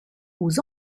aux